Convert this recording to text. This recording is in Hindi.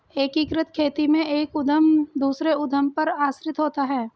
एकीकृत खेती में एक उद्धम दूसरे उद्धम पर आश्रित होता है